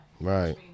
right